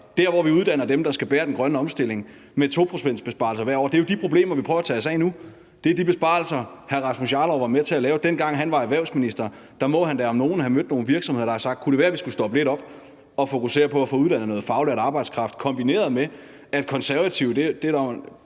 der, hvor vi uddanner dem, der skal bære den grønne omstilling, med 2-procentsbesparelser hvert år. Det er jo de problemer, vi prøver at tage os af nu; det er de besparelser, hr. Rasmus Jarlov var med til at lave, dengang han var erhvervsminister. Der må han da om nogen have mødt nogle virksomheder, der har sagt: Kunne det være, vi skulle stoppe lidt op og fokusere på at få uddannet noget faglært arbejdskraft? Det skal kombineres med, at Konservative